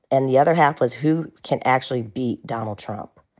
and the other half was who can actually beat donald trump?